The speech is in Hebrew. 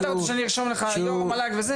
אתה רוצה שאני ארשום לך יו"ר המל"ג וזה?